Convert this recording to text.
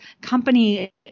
company